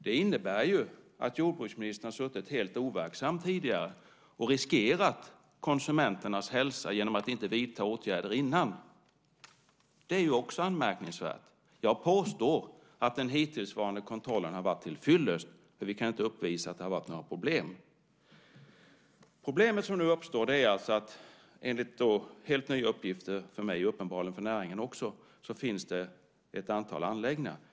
Det innebär att jordbruksministern har suttit helt overksam tidigare och riskerat konsumenternas hälsa genom att inte vidta åtgärder innan. Det är också anmärkningsvärt. Jag påstår att den hittillsvarande kontrollen har varit tillfyllest, för vi kan inte uppvisa att det har varit några problem. Det problem som nu uppstår är alltså, enligt helt nya uppgifter för mig och uppenbarligen också för näringen, att det finns ett antal anläggningar.